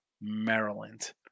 Maryland